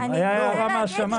הייתה לה הערה מהשמיים.